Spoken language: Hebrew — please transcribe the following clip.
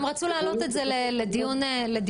הם רצו באמת להעלות את זה לדיון בתמחורי